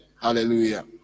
Hallelujah